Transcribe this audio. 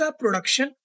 production